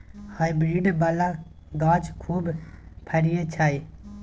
hybrid बला गाछ खूब फरइ छै